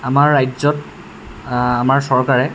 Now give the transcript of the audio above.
আমাৰ ৰাজ্যত আমাৰ চৰকাৰে